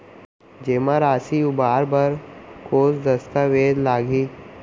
जेमा राशि उबार बर कोस दस्तावेज़ लागही?